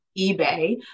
eBay